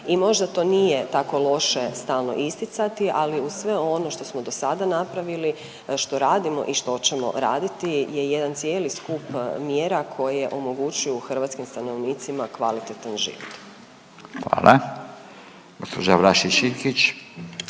I možda to nije tako loše stalno isticati, ali uz sve ono što smo do sada napravili, što radimo i što ćemo raditi je jedan cijeli skup mjera koje omogućuju hrvatskim stanovnicima kvalitetan život.